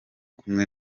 kumwe